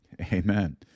Amen